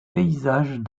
paysages